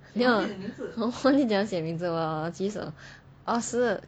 then 我我忘记怎样写名字我举手老师